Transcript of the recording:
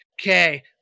okay